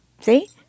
see